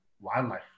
wildlife